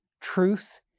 truth